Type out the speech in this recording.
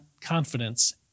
confidence